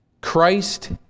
Christ